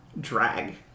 drag